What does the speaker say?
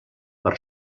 per